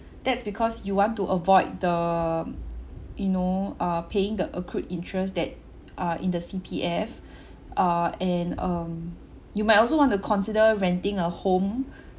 that's because you want to avoid the you know uh paying the accrued interest that uh in the C_P_F uh and um you might also want to consider renting a home